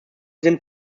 sind